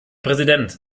präsident